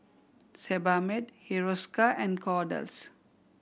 Sebamed Hiruscar and Kordel's